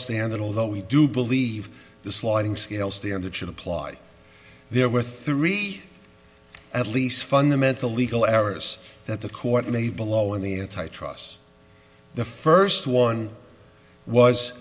standard although we do believe the sliding scale standard should apply there were three at least fundamental legal errors that the court may below any a tie truss the first one was